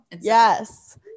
yes